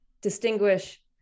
distinguish